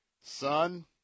Son